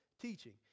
teaching